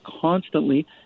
constantly